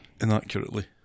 inaccurately